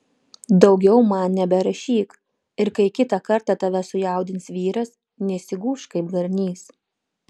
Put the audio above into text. daugiau man neberašyk ir kai kitą kartą tave sujaudins vyras nesigūžk kaip garnys